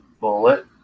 bullet